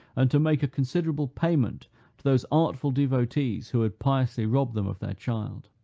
and to make a considerable payment to those artful devotees who had piously robbed them of their child.